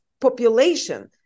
population